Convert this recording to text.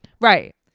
Right